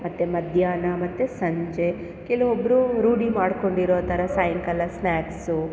ಮತ್ತು ಮಧ್ಯಾಹ್ನ ಮತ್ತು ಸಂಜೆ ಕೆಲವೊಬ್ಬರು ರೂಢಿ ಮಾಡ್ಕೊಂಡಿರೋ ಥರ ಸಾಯಂಕಾಲ ಸ್ನ್ಯಾಕ್ಸು